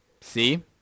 See